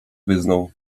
wyznał